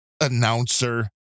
announcer